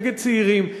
נגד צעירים,